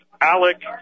Alec